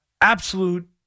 absolute